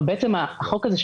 אבל החוק הזה,